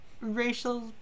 racial